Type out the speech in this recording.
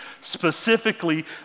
Specifically